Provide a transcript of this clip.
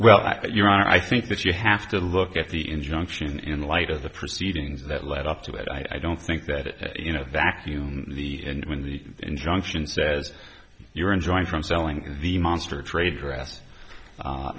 but your honor i think that you have to look at the injunction in light of the proceedings that led up to it i don't think that it you know vacuum the end when the injunction says you're enjoying from selling the monster trade dress